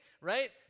right